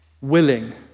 willing